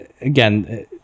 again